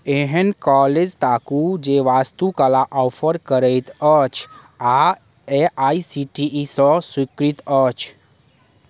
एहन कॉलेज ताकू जे वास्तुकला ऑफर करैत अछि आ A I C T E सँ स्वीकृत अछि